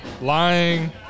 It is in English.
lying